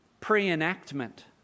pre-enactment